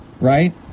right